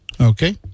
Okay